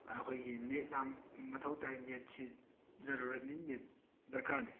ꯑꯩꯈꯣꯏꯒꯤ ꯅꯦꯠ ꯂꯥꯡ ꯃꯊꯧ ꯇꯥꯏ ꯅꯦꯠꯁꯤ ꯖꯔꯨꯔꯠꯅꯤ ꯅꯦꯠ ꯗꯔꯀꯥꯔꯅꯤ